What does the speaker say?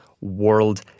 World